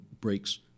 breaks